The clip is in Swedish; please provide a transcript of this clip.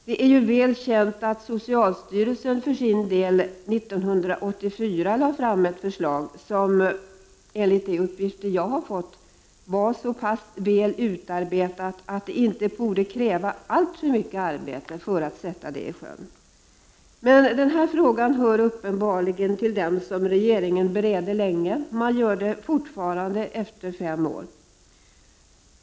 Det är ju väl känt att socialstyrelsen för sin del redan 1984 lade fram ett förslag, som enligt de uppgifter som jag har fått var så pass väl utarbetat att det inte borde krävas alltför mycket arbete för att förverkliga det. Men den här frågan hör uppenbarligen till dem som regeringen bereder länge; man gör det fortfarande efter fem år.